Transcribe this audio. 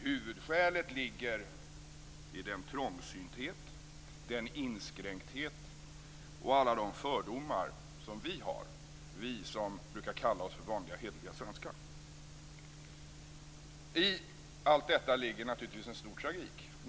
Huvudskälet ligger i den trångsynthet, den inskränkthet och alla de fördomar som vi har, vi som brukar kalla oss för vanliga hederliga svenskar. I allt detta ligger naturligtvis en stor tragik.